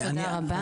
תודה רבה.